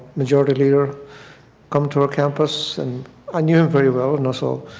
majority leader come to our campus and i knew him very well. and so